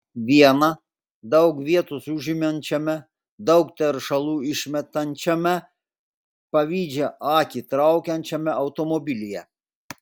viena daug vietos užimančiame daug teršalų išmetančiame pavydžią akį traukiančiame automobilyje